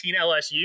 LSU